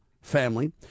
Family